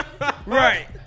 Right